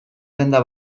denda